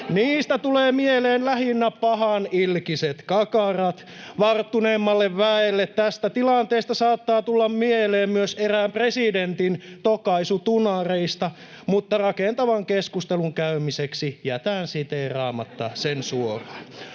Niistä tulevat mieleen lähinnä pahanilkiset kakarat. Varttuneemmalle väelle tästä tilanteesta saattaa tulla mieleen myös erään presidentin tokaisu "tunareista", mutta rakentavan keskustelun käymiseksi jätän siteeraamatta sen suoraan.